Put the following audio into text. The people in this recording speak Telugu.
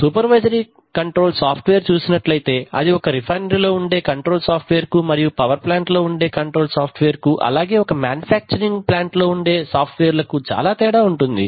సూపర్వైజరీ కంట్రోల్ సాఫ్ట్ వేర్ చూసినట్లైతే అది ఒక రిఫైనరీలో ఉండె కంట్రోల్ సాఫ్ట్ వేర్ కు మరియు పవర్ ప్లాంట్ లో ఉండే కంట్రోల్ సాఫ్ట్ వేర్ కు అలాగే ఒక మాన్యుఫాక్చరింగ్ ప్లాంట్ లో ఉండే సాఫ్ట్ వేర్ లకు చాలా తేడా ఉంటుంది